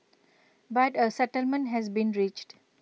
but A settlement has been reached